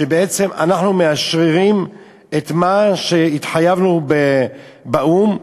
ובעצם אנחנו מאשררים את מה שהתחייבנו באו"ם.